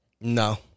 No